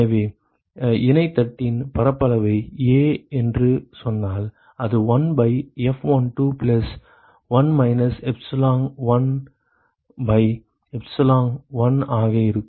எனவே இணைத் தட்டின் பரப்பளவை A என்று சொன்னால் அது 1 by F12 plus 1 minus epsilon 1 by epsilon 1 ஆக இருக்கும்